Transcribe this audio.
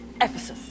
Ephesus